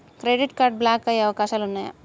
Credit card block అయ్యే అవకాశాలు ఉన్నయా?